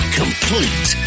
complete